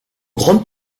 grande